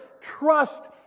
Trust